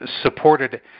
supported